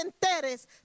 enteres